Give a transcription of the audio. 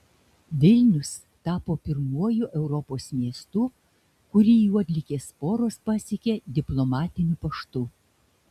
vilnius tapo pirmuoju europos miestu kurį juodligės sporos pasiekė diplomatiniu paštu